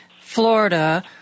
Florida